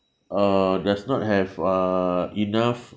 uh does not have uh enough